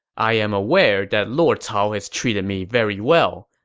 i am aware that lord cao has treated me very well.